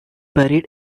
buried